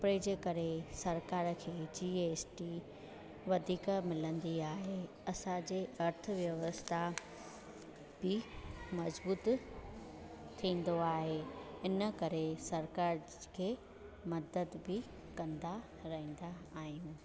कपिड़े जे करे सरकार खे जी एस टी वधीक मिलंदी आहे असांजे अर्थव्यवस्था बि मजबूत थींदो आहे इन करे सरकार खे मदद बि कंदा रहंदा आहियूं